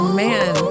man